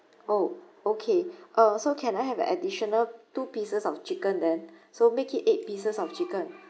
oh okay uh so can I have an additional two pieces of chicken then so make it eight pieces of chicken